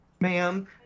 Ma'am